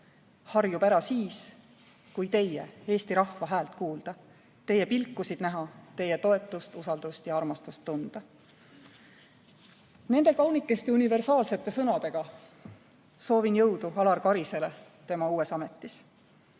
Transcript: Harjub ära siis, kui teie häält kuulda, teie pilkusid näha, teie toetust, usaldust ja armastust tunda." Nende kaunikesti universaalsete sõnadega soovin jõudu Alar Karisele uues ametis!